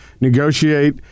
negotiate-